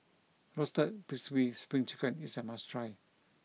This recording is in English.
roasted crispy spring chicken is a must try